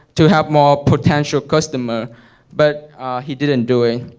to have more potential customer but he didn't do